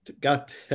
got